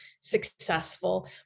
successful